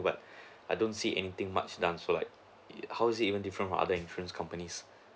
but I don't see anything much done so like how is it even different from other insurance companies